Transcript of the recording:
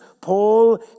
Paul